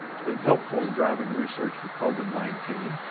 it's been helpful and driving research for covid nineteen.